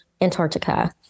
Antarctica